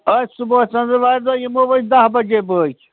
أتھۍ صُبحٲے ژٔنٛدروارِ دۄہ یِمو أسۍ دَہ بجے بٲگۍ